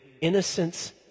innocence